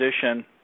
position